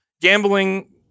Gambling